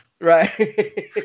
Right